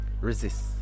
resist